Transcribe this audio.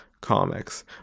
comics